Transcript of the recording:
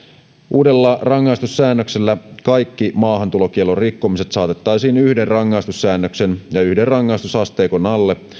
uudella rangaistussäännöksellä kaikki maahantulokiellon rikkomiset saatettaisiin yhden rangaistussäännöksen ja yhden rangaistusasteikon alle